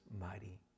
mighty